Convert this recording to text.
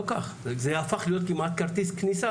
זה הפך להיות כמעט כרטיס כניסה,